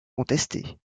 contestée